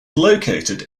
located